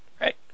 Right